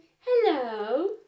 hello